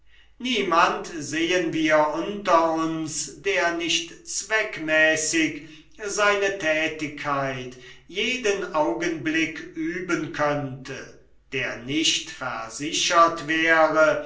niemand sehen wir unter uns der nicht zweckmäßig seine tätigkeit jeden augenblick üben könnte der nicht versichert wäre